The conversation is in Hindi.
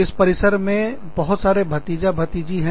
इस परिसर कैंपस में बहुत सारे भतीजा तथा भतीजी हैं